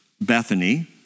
Bethany